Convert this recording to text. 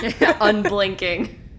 Unblinking